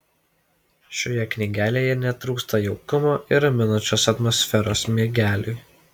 šioje knygelėje netrūksta jaukumo ir raminančios atmosferos miegeliui